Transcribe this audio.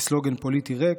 כסלוגן פוליטי ריק,